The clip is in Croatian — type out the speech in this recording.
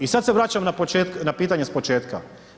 I sad se vraćam na pitanje s početka.